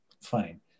Fine